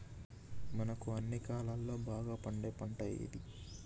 మనకు అన్ని కాలాల్లో బాగా పండే పంట ఏది?